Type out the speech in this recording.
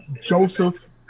Joseph